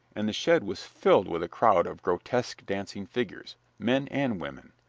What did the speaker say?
and the shed was filled with a crowd of grotesque dancing figures men and women.